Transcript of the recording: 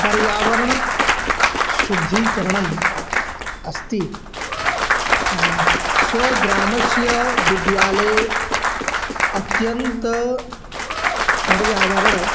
पर्यावरण शुद्धीकरणम् अस्ति स्व ग्रामस्य विद्यालये अत्यन्तं पर्यावरणम्